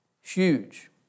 Huge